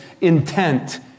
intent